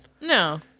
No